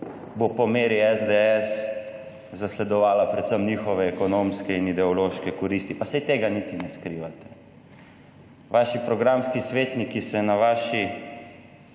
bo po meri SDS zasledovala predvsem njihove ekonomske in ideološke koristi. Pa saj tega niti ne skrivate. Vaši programski svetniki se na vaši